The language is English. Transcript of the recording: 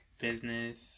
business